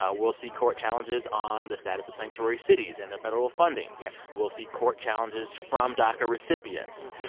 ah we'll see court challenges on the status of sanctuary cities and their federal funding yep we'll see court challenges from daca recipients.